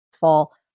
fall